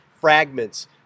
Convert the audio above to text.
fragments